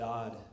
God